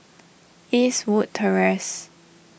Eastwood Terrace